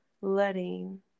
letting